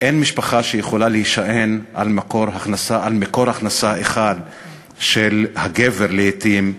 אין משפחה שיכולה להישען על מקור הכנסה אחד של הגבר לעתים,